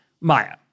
Maya